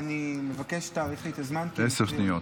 אני מבקש שתאריך לי את הזמן, כי --- עשר שניות.